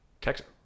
Texas